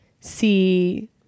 see